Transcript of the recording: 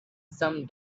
some